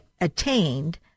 attained